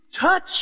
touch